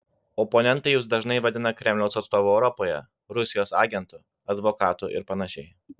oponentai jus dažnai vadina kremliaus atstovu europoje rusijos agentu advokatu ir panašiai